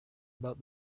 about